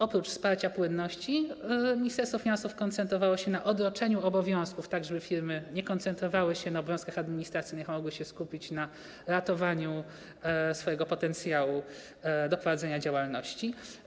Oprócz wsparcia płynności Ministerstwo Finansów koncentrowało się na odroczeniu obowiązków, żeby firmy nie koncentrowały się na obowiązkach administracyjnych, a mogły się skupić na ratowaniu swojego potencjału do prowadzenia działalności.